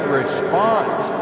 response